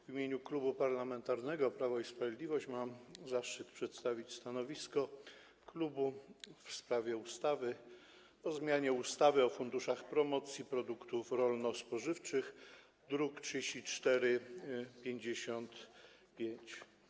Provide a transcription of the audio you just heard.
W Imieniu Klubu Parlamentarnego Prawo i Sprawiedliwość mam zaszczyt przedstawić stanowisko w sprawie ustawy o zmianie ustawy o funduszach promocji produktów rolno-spożywczych, druk nr 3455.